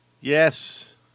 Yes